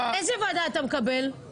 מכל הבחינות ואין שום סיבה שלא תתמכו בו.